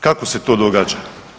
Kako se to događa.